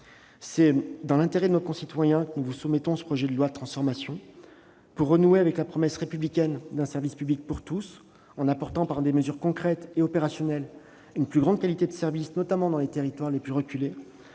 C'est dans l'intérêt de nos concitoyens que nous vous soumettons ce projet de loi de transformation de la fonction publique. Il s'agit de renouer avec la promesse républicaine d'un service public pour tous, en apportant, par des mesures concrètes et opérationnelles, une plus grande qualité de service, notamment dans les territoires les plus reculés,